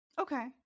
Okay